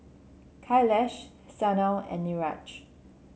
Kailash Sanal and Niraj